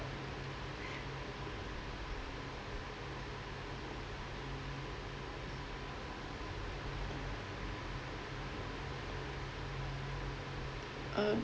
uh